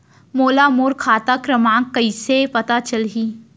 मोला मोर खाता क्रमाँक कइसे पता चलही?